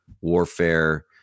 warfare